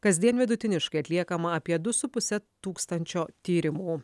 kasdien vidutiniškai atliekama apie du su puse tūkstančio tyrimų